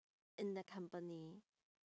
in the company